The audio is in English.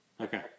okay